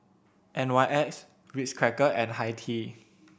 N Y X Ritz Crackers and Hi Tea